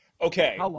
Okay